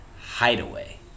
Hideaway